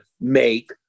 make